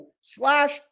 slash